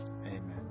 Amen